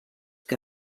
que